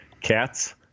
Cats